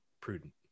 prudent